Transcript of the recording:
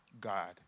God